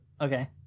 okay